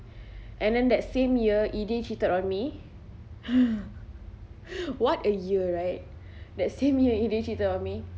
and then that same year eday cheated on me what a year right that same year eday cheated on me